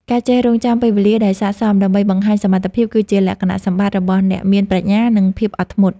ការចេះរង់ចាំពេលវេលាដែលសាកសមដើម្បីបង្ហាញសមត្ថភាពគឺជាលក្ខណៈសម្បត្តិរបស់អ្នកមានប្រាជ្ញា និង ភាពអត់ធ្មត់។